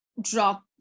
drop